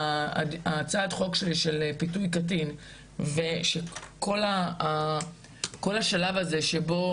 הצעת החוק שלי של פיתוי קטין וכל השלב הזה שבו